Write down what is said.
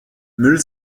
müll